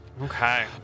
Okay